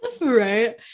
right